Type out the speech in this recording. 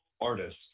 artist